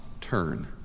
turn